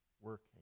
working